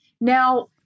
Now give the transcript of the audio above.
now